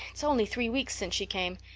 it's only three weeks since she came,